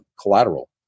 collateral